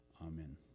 Amen